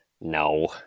no